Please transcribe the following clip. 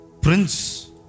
Prince